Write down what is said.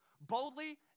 boldly